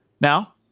Now